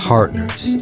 Partners